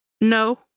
No